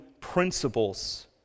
principles